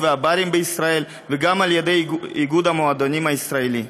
והברים בישראל וגם על-ידי איגוד המועדונים הישראלי.